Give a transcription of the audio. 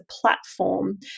platform